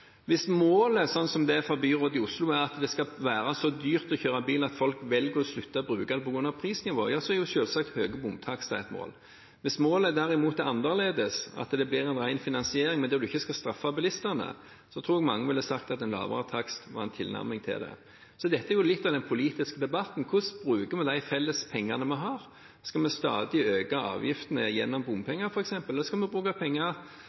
Hvis målet er, slik det er for byrådet i Oslo, at det skal være så dyrt å kjøre bil at folk velger å slutte å gjøre det på grunn av prisnivået, er høye bomtakster selvsagt et mål. Hvis målet derimot er annerledes, at det blir en ren finansiering, men der en ikke skal straffe bilistene, tror jeg mange ville sagt at en lavere takst ville være en tilnærming til det. Dette er jo litt av den politiske debatten: Hvordan bruker vi de felles pengene vi har? Skal vi stadig øke avgiftene gjennom bompenger, f.eks., eller skal vi bruke penger